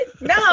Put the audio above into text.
No